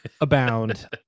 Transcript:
abound